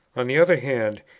on the other hand,